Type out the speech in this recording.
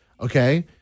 Okay